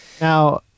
Now